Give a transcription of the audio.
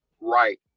right